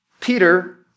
Peter